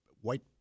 white